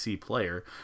player